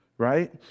Right